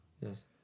Yes